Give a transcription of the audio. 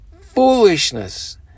foolishness